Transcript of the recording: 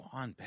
on